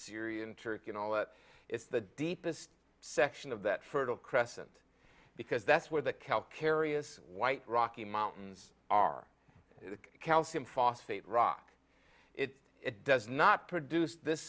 syria and turkey and all that it's the deepest section of that fertile crescent because that's where the calc areas white rocky mountains are calcium phosphate rock it does not produce this